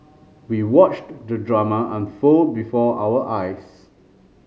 we watched the drama unfold before our eyes